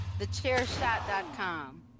Thechairshot.com